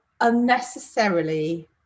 unnecessarily